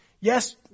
yes